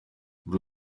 muri